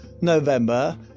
November